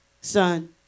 son